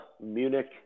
Munich